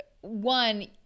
one